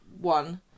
one